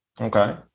Okay